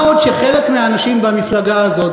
מה עוד שחלק מהאנשים במפלגה הזאת,